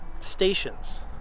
stations